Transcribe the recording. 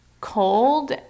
cold